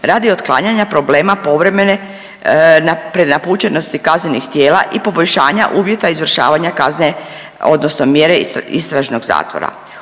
radi otklanjanja problema povremene prenapučenosti kaznenih tijela i poboljšanja uvjeta izvršavanja kazne odnosno mjere istražnog zatvora.